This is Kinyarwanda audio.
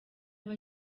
aba